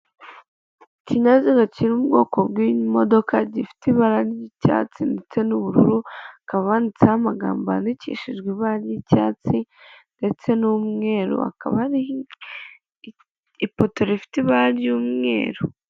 Ikinyazinaga kiri mubwoko bw'imodoka, gifite ibara ry'icyatsi ndetse n'ubururu, hakaba handitseho amagambo yandikishijwe ibara ry'icyatsi, ndetse n'umweru, hakaba hari ipoto rifite ibara ry'umweru.